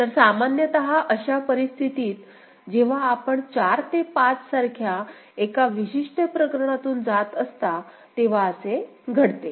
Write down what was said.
तर सामान्यत अशा परिस्थितीत जेव्हा आपण 4 ते 5 सारख्या एका विशिष्ट प्रकरणातून जात असता तेव्हा असे घडते